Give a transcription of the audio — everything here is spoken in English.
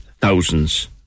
thousands